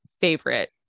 favorite